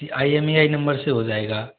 I M E I number से हो जाएगा